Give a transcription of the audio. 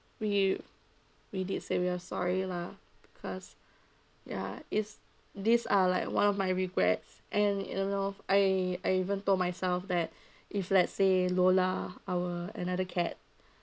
we we did say we are sorry lah because ya is these are like one of my regrets and you know I I even told myself that if let's say lola our another cat